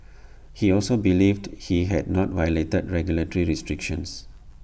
he also believed he had not violated regulatory restrictions